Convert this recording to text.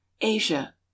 asia